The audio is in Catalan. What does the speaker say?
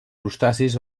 crustacis